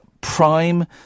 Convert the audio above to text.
prime